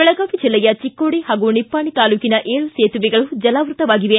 ಬೆಳಗಾವಿ ಜಿಲ್ಲೆಯ ಚಿಕ್ಕೋಡಿ ಹಾಗೂ ನಿಪ್ಪಾಣಿ ತಾಲ್ಲೂಕಿನ ಏಳು ಸೇತುವೆಗಳು ಜಲಾವ್ವತವಾಗಿವೆ